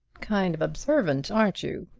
kind of observant, aren't you?